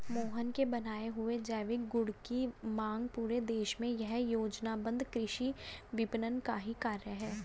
मोहन के बनाए हुए जैविक गुड की मांग पूरे देश में यह योजनाबद्ध कृषि विपणन का ही कार्य है